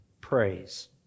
praise